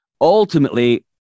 Ultimately